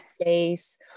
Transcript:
space